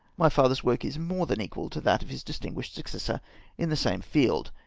my father's work is more than equal to that of his distmguished successor in the same field,